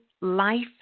life